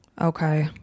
Okay